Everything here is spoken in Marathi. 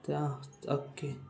त्या अक्के